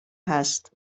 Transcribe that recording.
هست